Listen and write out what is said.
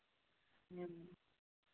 ᱦᱮᱸ